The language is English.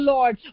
Lord